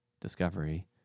discovery